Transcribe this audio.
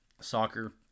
Soccer